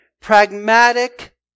pragmatic